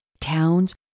towns